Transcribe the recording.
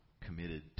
committed